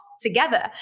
together